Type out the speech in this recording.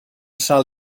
sal